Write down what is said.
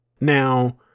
Now